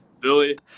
Billy